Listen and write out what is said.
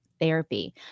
therapy